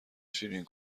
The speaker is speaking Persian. شیرین